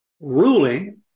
ruling